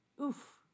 Oof